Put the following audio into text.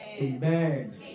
Amen